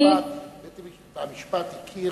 בית-המשפט הכיר